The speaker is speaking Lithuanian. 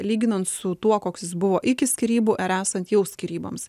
lyginant su tuo koks jis buvo iki skyrybų ar esant jau skyryboms